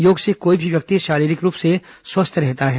योग से कोई भी व्यक्ति शारीरिक रूप से स्वस्थ रहता है